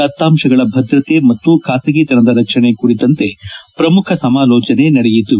ದತಾಂಶಗಳ ಭದ್ರತೆ ಮತ್ತು ಖಾಸಗೀತನದ ರಕ್ಷಣೆ ಕುರಿತಂತೆ ಪ್ರಮುಖ ಸಮಾಲೋಚನೆ ನಡೆಯಿತು